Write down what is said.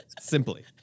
Simply